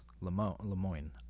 LeMoyne